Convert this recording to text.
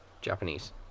Japanese